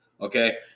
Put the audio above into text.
okay